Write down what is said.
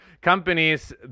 companies